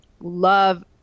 love